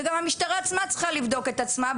וגם המשטרה עצמה צריכה לבדוק את עצמה,